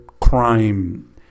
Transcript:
crime